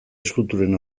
eskulturen